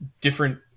different